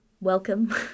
welcome